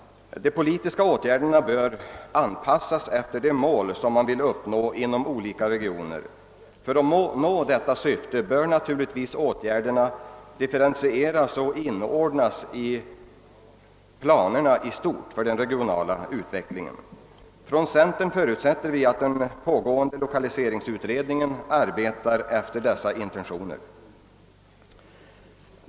De politiska åtgärderna bör anpassas efter de mål som man vill uppnå inom olika regioner. För att nå detta syfte bör man naturligtvis differentiera och inordna åtgärderna i planerna för den regionala utvecklingen i stort. Inom centern förutsätter vi att den pågående lokaliseringsutredningen arbetar efter dessa intentioner.